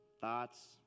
thoughts